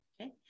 Okay